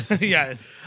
Yes